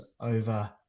over